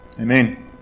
Amen